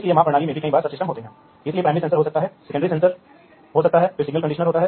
तो ये कुछ विशेषताएं हैं जो एक फील्ड बस में उपलब्ध हैं